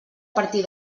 partir